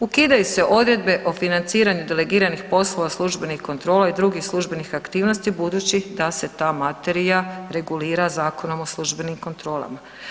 Ukidaju se odredbe o financiranju delegiranih poslova službenih kontrola i drugih službenih aktivnosti budući da se ta materija regulira Zakonom o službenim kontrolama.